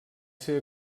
ser